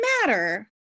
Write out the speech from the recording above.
matter